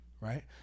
right